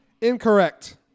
Incorrect